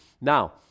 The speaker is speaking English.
Now